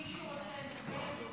מישהו רוצה לדבר?